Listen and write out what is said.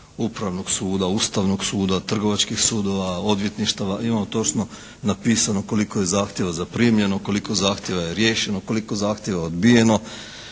Upravnog suda, Ustavnog suda, trgovačkih sudova, odvjetništava, imamo točno napisano koliko je zahtjeva zaprimljeno, koliko zahtjeva je riješeno, koliko zahtjeva odbijeno,